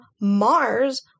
Mars